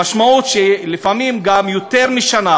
המשמעות שלפעמים גם יותר משנה.